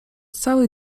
cały